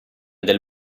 del